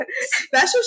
Special